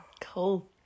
cool